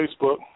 Facebook